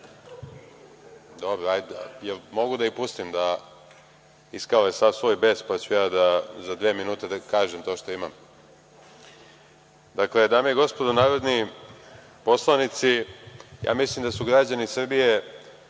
jel mogu da ih pustim da iskale sav svoj bes pa ću ja za dve minute da kažem to što imam? Dakle, dame i gospodo narodni poslanici, ja mislim da su građani Srbije